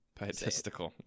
Pietistical